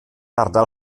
ardal